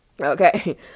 Okay